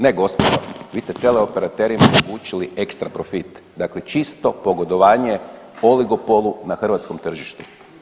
Ne gospodo, vi ste teleoperaterima omogućili ekstra profit, dakle čisto pogodovanje oligopolu na hrvatskom tržištu.